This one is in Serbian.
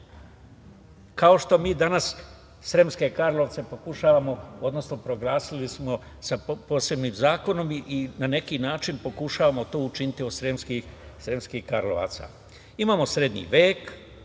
kao što mi danas Sremske Karlovce pokušavamo, odnosno proglasili smo sa posebnim zakonom i na neki način pokušavamo to učiniti od Sremskih Karlovaca. Imamo srednji vek,